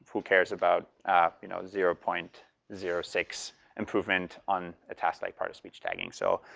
who cares about you know zero point zero six improvement on a task like part-of-speech tagging. so